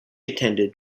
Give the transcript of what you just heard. attended